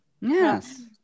Yes